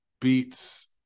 beats